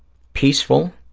peaceful,